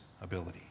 ability